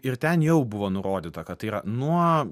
ir ten jau buvo nurodyta kad tai yra nuo